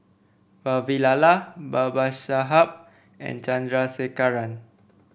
Vavilala Babasaheb and Chandrasekaran